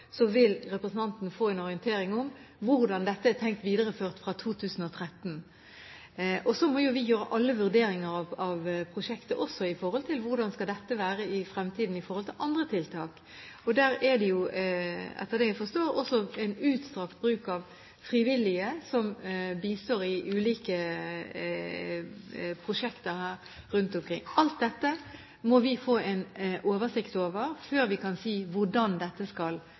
vil altså representanten få en orientering om hvordan dette er tenkt videreført fra 2013. Og så må vi gjøre alle vurderinger av prosjektet, også om hvordan dette skal være i fremtiden med tanke på andre tiltak. Det er jo, etter det jeg forstår, også utstrakt bruk av frivillige her som bistår i ulike prosjekter rundt omkring. Alt dette må vi få en oversikt over før vi kan si hvordan dette skal